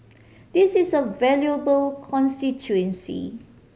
this is a valuable constituency